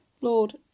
Lord